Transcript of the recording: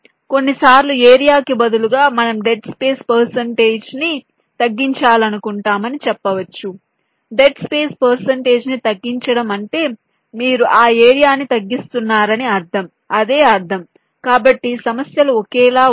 కొన్నిసార్లు ఏరియా కి బదులుగా మనం డెడ్ స్పేస్ పర్శంటేజ్ ని తగ్గించాలనుకుంటున్నామని చెప్పవచ్చు డెడ్ స్పేస్ పర్శంటేజ్ ని తగ్గించడం అంటే మీరు ఆ ఏరియా ని తగ్గిస్తున్నారని అర్థం అదే అర్థం కాబట్టి సమస్యలు ఒకేలా ఉంటాయి